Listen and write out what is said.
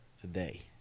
Today